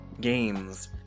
games